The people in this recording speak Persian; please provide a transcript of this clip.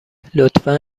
لطفا